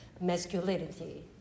masculinity